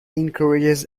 encourages